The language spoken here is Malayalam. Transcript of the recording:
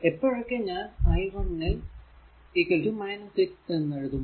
എപ്പോഴൊക്കെ ഞാൻ i1 6 എഴുതുമോ